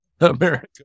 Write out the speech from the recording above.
America